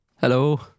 Hello